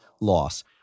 loss